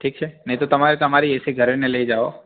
ઠીક છે નહીં તો તમારે તમારી એસી ઘરેને લઈ જાઓ